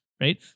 right